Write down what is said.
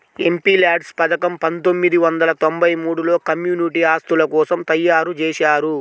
MPLADS పథకం పందొమ్మిది వందల తొంబై మూడులో కమ్యూనిటీ ఆస్తుల కోసం తయ్యారుజేశారు